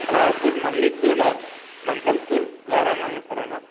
மிளகாத் தூள் மல்லித் தூள் மஞ்சள் தூள் வேறு என்னென்ன சார் வேணும்